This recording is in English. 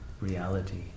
reality